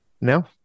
No